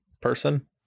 person